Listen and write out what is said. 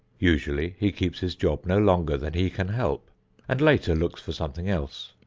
usually he keeps his job no longer than he can help and later looks for something else.